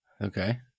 Okay